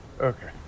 Okay